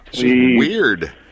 weird